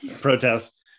protest